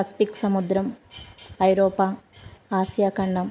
Pacific సముద్రం ఐరోపా ఆసియా ఖండం